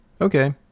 okay